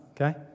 okay